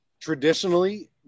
Traditionally